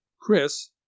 Chris